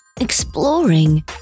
exploring